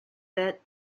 bit